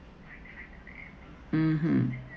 mmhmm